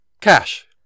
Cash